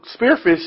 Spearfish